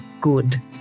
good